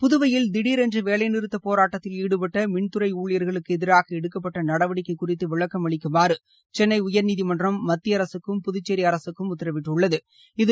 புதுவையில் திடீரென்று வேலைநிறுத்தப் போராட்டத்தில் ஈடுபட்ட மின்துறை ஊழியர்களுக்கு எதிராக எடுக்கப்பட்ட நடவடிக்கை குறித்து விளக்கம் அளிக்குமாறு சென்னை உயா்நீதிமன்றம் மத்திய அரசுக்கும் புதுச்சோிக்கும் உத்தரவிட்டுள்ளது